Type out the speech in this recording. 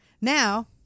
now